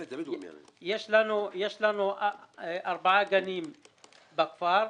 יש לנו ארבעה גנים בכפר.